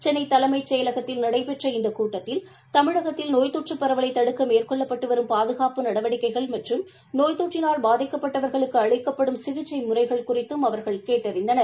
சென்னை தலைமைச் செயலகத்தில் நடைபெற்ற இந்த கூட்டத்தில் தமிழகத்தில் நோய் தொற்று பரவலை தடுக்க மேற்கொள்ளப்பட்டு வரும் பாதுகாப்பு நடவடிக்கைகள் மற்றும் நோய் தொற்றினால் பாதிக்கப்பட்டவர்களுக்கு அளிக்கப்படும் சிகிச்சை முறைகள் குறித்தும் கேட்டறிந்தனர்